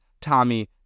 Tommy